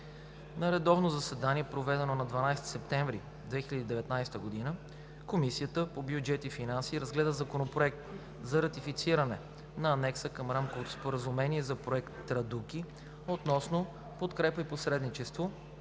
На редовно заседание, проведено на 12 септември 2019 г., Комисията по бюджет и финанси разгледа Законопроект за ратифициране на Анекса към Рамковото споразумение за Проект „Традуки“ относно подкрепа и посредничество